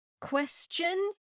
question